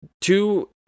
two